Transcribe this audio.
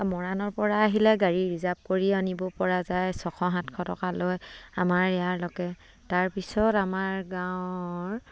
মৰাণৰ পৰা আহিলে গাড়ী ৰিজাৰ্ভ কৰি আনিব পৰা যায় ছশ সাতশ টকালৈ আমাৰ ইয়াৰলৈকে তাৰপিছত আমাৰ গাঁৱৰ